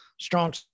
strong